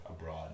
abroad